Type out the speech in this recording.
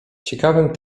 ciekawym